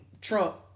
Trump